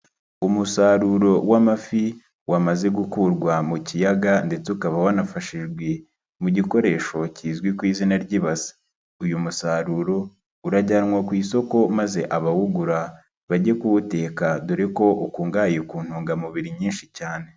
Umusaruro w'amafi wamaze gukurwa mu kiyaga ndetse ukaba wanafashijwe mu gikoresho kizwi ku izina ry'ibase, uyu musaruro urajyanwa ku isoko maze abawugura bage kuwuteka dore ko ukungahaye ku ntungamubiri nyinshi cyane.